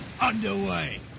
underway